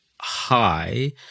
high